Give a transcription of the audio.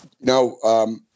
No